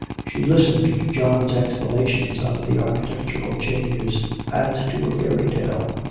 she listened to john's explanations of the architectural changes as to a fairy tale.